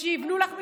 ושיבנו לך משרד,